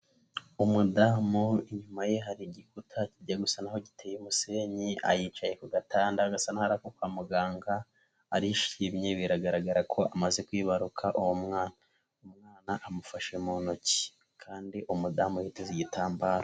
Umudamu, inyuma ye hari igikuta kigiye gusa naho giteye umusenyi, aricaye ku gatanda, gasa n'ako kwa muganga, arishimye, biragaragara ko amaze kwibaruka, uwo umwana amufashe mu ntoki, kandi umudamu yiteze igitambaro.